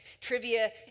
trivia